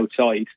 outside